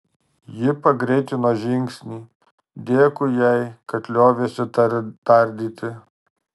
ji pagreitino žingsnį dėkui jai kad liovėsi tardyti